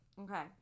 Okay